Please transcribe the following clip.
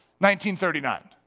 1939